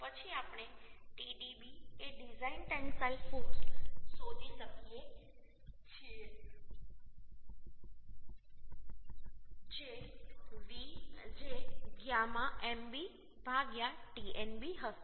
પછી આપણે Tdb એ ડિઝાઇન ટેન્સાઇલ ફોર્સ શોધી શકીએ છીએ જે γ mb Tnb હશે